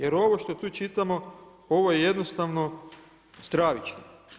Jer ovo što tu čitamo ovo je jednostavno stravično.